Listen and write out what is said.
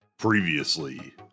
Previously